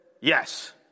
yes